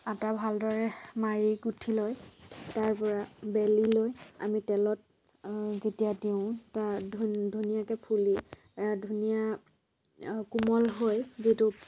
আটা ভালদৰে মাৰি কুঠি লৈ তাৰপৰা বেলি লৈ আমি তেলত যেতিয়া দিওঁ তাৰ ধুনীয়াকে ফুলি ধুনীয়া কোমল হৈ যিটো